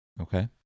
Okay